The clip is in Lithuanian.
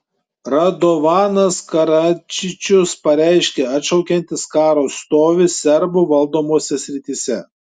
radovanas karadžičius pareiškė atšaukiantis karo stovį serbų valdomose srityse